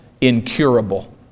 incurable